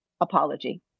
apology